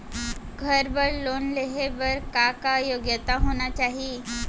घर बर लोन लेहे बर का का योग्यता होना चाही?